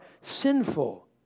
sinful